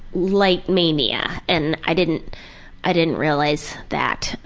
light mania and i didn't i didn't realize that,